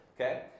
okay